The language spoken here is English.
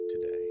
today